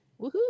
Woohoo